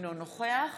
אינו נוכח